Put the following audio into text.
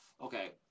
Okay